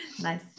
Nice